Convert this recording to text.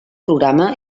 programa